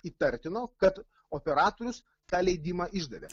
įtartino kad operatorius tą leidimą išdavė